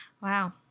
Wow